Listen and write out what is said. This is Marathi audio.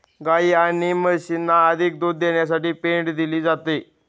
गायी आणि म्हशींना अधिक दूध देण्यासाठी पेंड दिली जाते